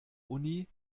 uni